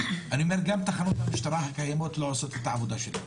גם תחנות המשטרה הקיימות לא עושות את העבודה שלהן.